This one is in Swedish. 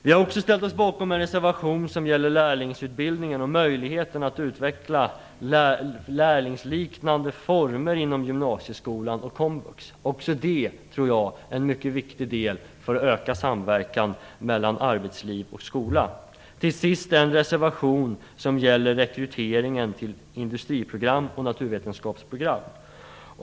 Vi har också ställt oss bakom en reservation som gäller lärlingsutbildningen och möjligheten att utveckla lärlingsliknande former inom gymnasieskolan och komvux. Jag tror att också det är mycket viktigt när det gäller att öka samverkan mellan arbetslivet och skolan. Till sist har vi ställt oss bakom den reservation som gäller rekryteringen till industriprogrammet och naturvetenskapsprogrammet.